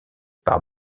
par